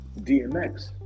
DMX